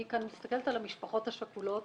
אני כאן מסתכלת על המשפחות השכולות